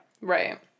Right